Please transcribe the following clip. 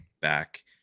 back